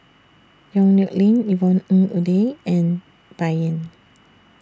Yong Nyuk Lin Yvonne Ng Uhde and Bai Yan